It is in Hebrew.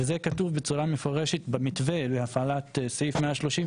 וזה כתוב בצורה מפורשת במתווה להפעלת סעיף 136,